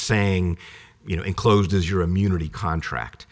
saying you know enclosed is your immunity contract